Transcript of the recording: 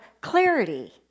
clarity